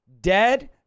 Dead